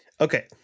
Okay